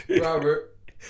Robert